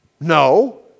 No